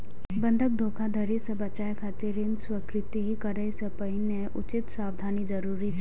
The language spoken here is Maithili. बंधक धोखाधड़ी सं बचय खातिर ऋण स्वीकृत करै सं पहिने उचित सावधानी जरूरी छै